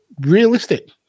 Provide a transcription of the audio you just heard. realistic